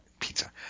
Pizza